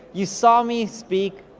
you saw me speak,